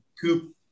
Coop